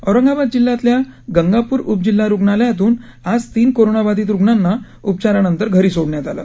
औरंगाबाद जिल्ह्यातल्या गंगापूर उपजिल्हा रुणालयातून आज तीन कोरोनाबाधित रुग्णांना उपचारानंतर घरी सोडण्यात आलं